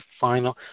final